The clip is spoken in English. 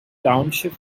township